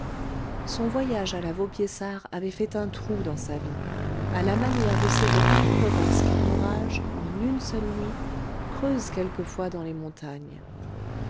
son voyage à la vaubyessard avait fait un trou dans sa vie à la manière de ces grandes crevasses qu'un orage en une seule nuit creuse quelquefois dans les montagnes